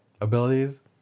abilities